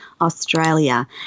australia